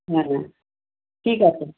হ্যাঁ ঠিক আছে